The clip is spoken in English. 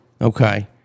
Okay